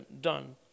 done